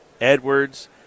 Edwards